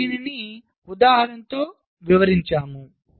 మనము దీనిని ఉదాహరణతో వివరించాము